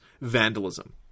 vandalism